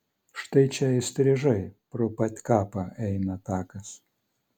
štai čia įstrižai pro pat kapą eina takas